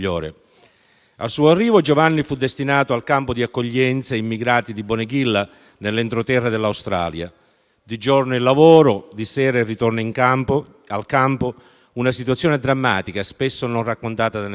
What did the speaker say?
Al suo arrivo, fu destinato al campo di accoglienza immigrati di Bonegilla, nell'entroterra dell'Australia. Di giorno il lavoro, di sera il ritorno al campo, una situazione drammatica, spesso non raccontata da nessuno.